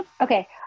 Okay